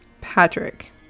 Patrick